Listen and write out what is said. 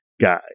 guy